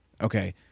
Okay